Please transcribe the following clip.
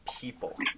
people